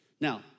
Now